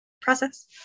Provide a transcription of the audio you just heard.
process